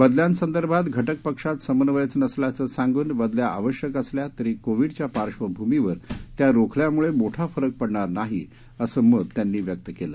बदल्यांसंदर्भात घटक पक्षात समन्वयच नसल्याचं सांगून बदल्या आवश्यक सल्या तरी कोविडच्या पार्श्वभूमीवर त्या रोखल्यामुळे मोठा फरक पडणार नाही सं मत त्यांनी व्यक्त केलं